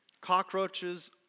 Cockroaches